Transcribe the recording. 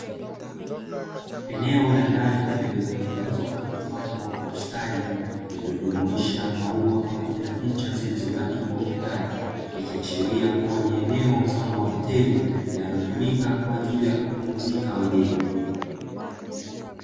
Eneo la ndani lililotengenezwa na kupambwa kwa ustadi, iliyojumuisha maua pamoja na picha zilizobandikwa ukutani. Ikiashiria kuwa ni eneo mfano wa hoteli, linalotumika kwa ajili ya kupumzika wageni.